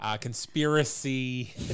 conspiracy